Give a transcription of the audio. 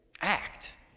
Act